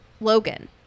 Logan